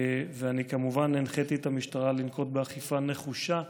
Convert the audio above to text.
ואני כמובן הנחיתי את המשטרה לנקוט אכיפה נחושה ושוויונית.